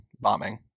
bombing